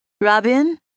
Robin